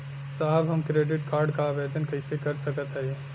साहब हम credit card क आवेदन कइसे कर सकत हई?